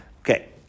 Okay